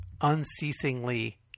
unceasingly